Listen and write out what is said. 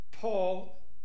Paul